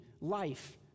life